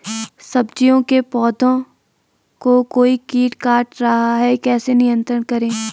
सब्जियों के पौधें को कोई कीट काट रहा है नियंत्रण कैसे करें?